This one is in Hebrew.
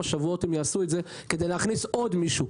שבועות הם יעשו את זה כדי להכניס עוד מישהו.